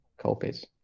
copies